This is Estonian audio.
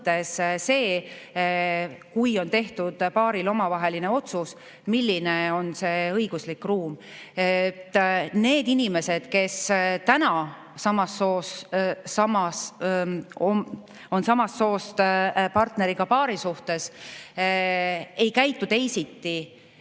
see, kui on tehtud paaril omavaheline otsus, milline on see õiguslik ruum. Need inimesed, kes täna on samast soost partneriga paarisuhtes, ei käitu teisiti